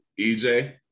EJ